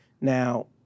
now